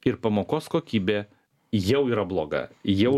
ir pamokos kokybė jau yra bloga jau